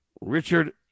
Richard